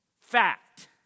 fact